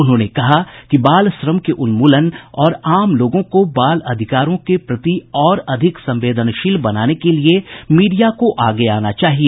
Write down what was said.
उन्होंने कहा कि बाल श्रम के उन्मूलन और आम लोगों को बाल अधिकारों के प्रति और अधिक संवेदनशील बनाने के लिए मीडिया को आगे आना चाहिए